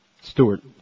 Stewart